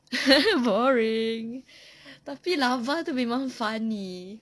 boring tapi larva itu memang funny